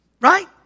right